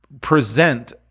present